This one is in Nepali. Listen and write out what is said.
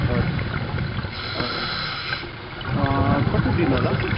हजुर हजुर कति दिन होला